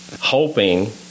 hoping